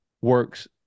works